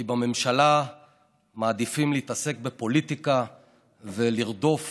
כי בממשלה מעדיפים להתעסק בפוליטיקה ולרדוף